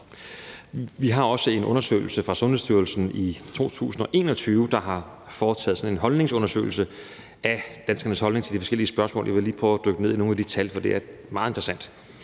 Vi har også en undersøgelse fra Sundhedsstyrelsen fra 2021, hvor de foretog sådan en holdningsundersøgelse af danskernes holdning til de forskellige spørgsmål. Jeg vil lige prøve at dykke ned i nogle af de tal, for det er meget interessant.